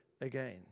again